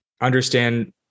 understand